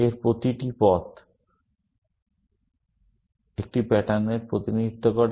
এর প্রতিটি পথ একটি প্যাটার্নএর প্রতিনিধিত্ব করে